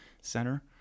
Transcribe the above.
center